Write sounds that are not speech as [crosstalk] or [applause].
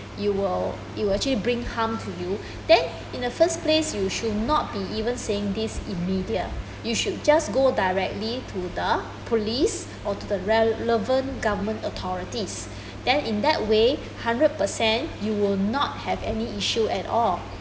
you will you'll actually bring harm to you [breath] then in the first place you should not be even saying these in media you should just go directly to the police [breath] or to the relevant government authorities [breath] then in that way hundred percent you will not have any issue at all